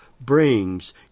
brings